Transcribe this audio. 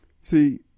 See